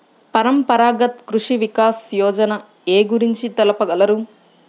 పరంపరాగత్ కృషి వికాస్ యోజన ఏ గురించి తెలుపగలరు?